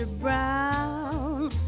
Brown